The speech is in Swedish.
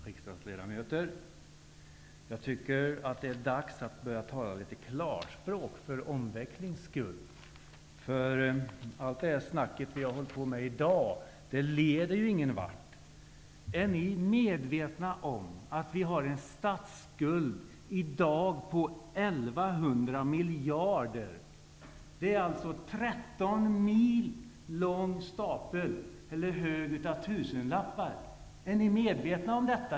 Fru talman! Riksdagsledamöter! Det är dags att för omväxlings skull litet grand tala klarspråk. Ingenting av det vi här i dag har debatterat leder ju någon vart. Är ni medvetna om att vi i dag har en statsskuld på 1 100 miljarder? Det rör sig om en 13 mil hög stapel av tusenlappar. Är ni medvetna om detta?